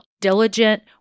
diligent